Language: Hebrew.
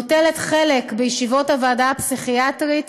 נוטלת חלק בישיבות הוועדה הפסיכיאטרית